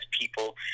people